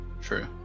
True